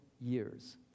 years